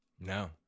No